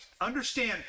understand